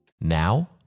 Now